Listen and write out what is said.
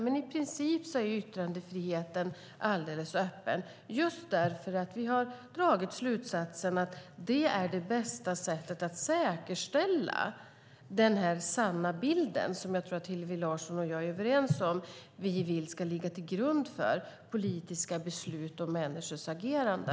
Men i princip är yttrandefriheten alldeles öppen, just därför att vi har dragit slutsatsen att det är bästa sättet att säkerställa den sanna bild som vi vill - det tror jag att Hillevi Larsson och jag är överens om - ska ligga till grund för politiska beslut och människors agerande.